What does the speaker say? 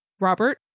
Robert